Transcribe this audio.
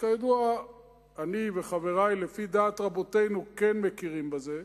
שכידוע אני וחברי לפי דעת רבותינו כן מכירים בזה,